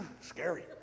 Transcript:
scary